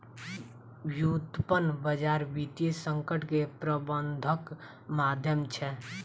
व्युत्पन्न बजार वित्तीय संकट के प्रबंधनक माध्यम छै